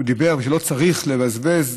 שהוא אמר שלא צריך לבזבז,